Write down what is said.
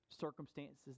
circumstances